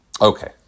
Okay